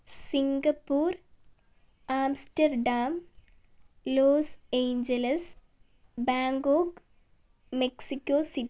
Singapore Amsterdam Los Angeles Bangkok Mexico city